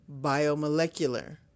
Biomolecular